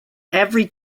every